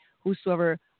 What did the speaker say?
whosoever